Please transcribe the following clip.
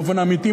באופן אמיתי,